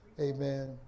Amen